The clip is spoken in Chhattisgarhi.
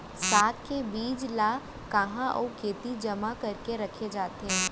साग के बीज ला कहाँ अऊ केती जेमा करके रखे जाथे?